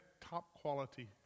top-quality